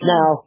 Now